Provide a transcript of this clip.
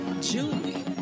julie